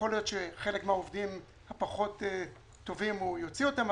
יכול להיות שחלק מהעובדים הפחות טובים הוא יוציא אותם,